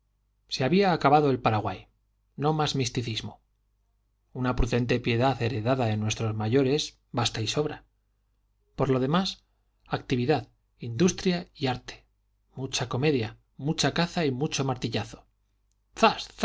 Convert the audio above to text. se había acabado el paraguay no más misticismo una prudente piedad heredada de nuestros mayores y basta y sobra por lo demás actividad industria y arte mucha comedia mucha caza y mucho martillazo zas